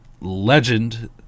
legend